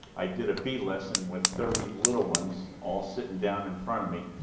i did a bee lesson with thirty little ones all sitting down in front of me.